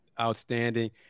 Outstanding